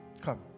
Come